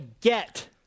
get